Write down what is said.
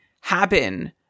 happen